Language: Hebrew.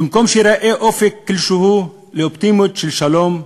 במקום שייראה אופק כלשהו לאופטימיות של שלום,